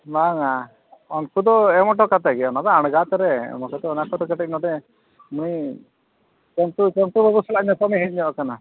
ᱵᱟᱝ ᱟ ᱩᱱᱠᱩ ᱫᱚ ᱮᱢ ᱦᱚᱴᱚ ᱠᱟᱛᱮᱫ ᱜᱮ ᱚᱱᱟ ᱫᱚ ᱟᱬᱜᱟᱛᱨᱮ ᱮᱢ ᱠᱟᱛᱮᱫ ᱚᱱᱟ ᱠᱚᱫᱚ ᱠᱟᱹᱴᱤᱡ ᱱᱚᱸᱰᱮ ᱱᱩᱭ ᱥᱩᱱᱛᱩ ᱥᱚᱱᱛᱩ ᱵᱟᱹᱵᱩ ᱥᱟᱞᱟᱜ ᱧᱟᱯᱟᱢᱤᱧ ᱦᱮᱡ ᱧᱚᱜ ᱠᱟᱱᱟ